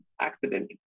accident